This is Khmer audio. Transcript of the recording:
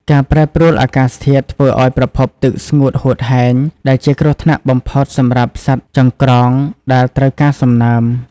ការប្រែប្រួលអាកាសធាតុធ្វើឱ្យប្រភពទឹកស្ងួតហួតហែង ដែលជាគ្រោះថ្នាក់បំផុតសម្រាប់សត្វចង្រ្កងដែលត្រូវការសំណើម។